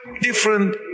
different